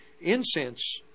incense